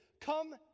come